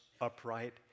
upright